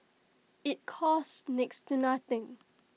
IT costs next to nothing